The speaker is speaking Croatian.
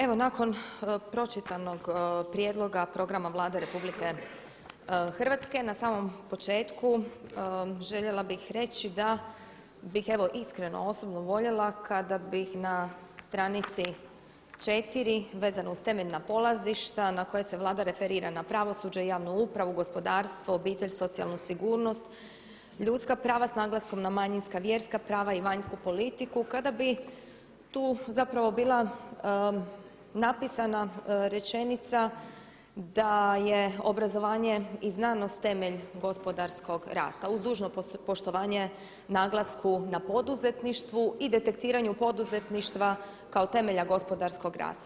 Evo nakon pročitanog prijedloga programa Vlade RH na samom početku željela bih reći da bih evo iskreno osobno voljela kada bih na stranici 4 vezano uz temeljna polazišta na koja se Vlada referira na pravosuđe, javnu upravu, gospodarstvo, obitelj, socijalnu sigurnost, ljudska prava s naglaskom na manjinska vjerska prava i vanjsku politiku, kada bi tu zapravo bila napisana rečenica da je obrazovanje i znanost temelj gospodarskog rasta, uz dužno poštovanje naglasku na poduzetništvu i detektiranju poduzetništva kao temelja gospodarskog rasta.